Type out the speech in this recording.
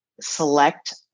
select